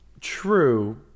True